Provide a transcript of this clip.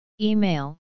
Email